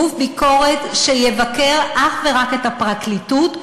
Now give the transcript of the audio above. גוף ביקורת שיבקר אך ורק את הפרקליטות,